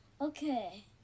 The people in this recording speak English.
Okay